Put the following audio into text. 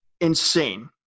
insane